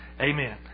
Amen